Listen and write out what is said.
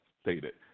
stated